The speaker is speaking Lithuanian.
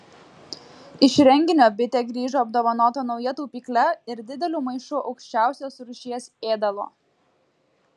iš renginio bitė grįžo apdovanota nauja taupykle ir dideliu maišu aukščiausios rūšies ėdalo